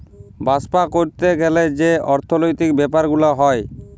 বাপ্সা ক্যরতে গ্যালে যে অর্থলৈতিক ব্যাপার গুলা হ্যয়